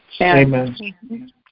Amen